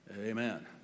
Amen